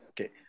Okay